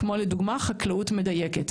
לדוגמה חקלאות מדייקת,